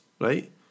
right